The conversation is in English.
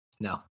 No